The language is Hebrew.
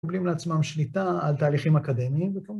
‫שקובלים לעצמם שליטה ‫על תהליכים אקדמיים וכו'.